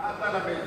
מה אתה למד מזה?